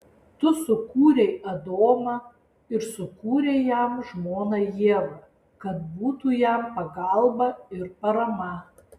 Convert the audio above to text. tu sukūrei adomą ir sukūrei jam žmoną ievą kad būtų jam pagalba ir parama